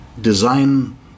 design